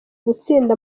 gutsinda